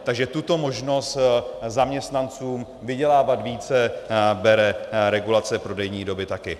Takže tuto možnost zaměstnancům vydělávat více bere regulace prodejní doby také.